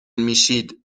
میشید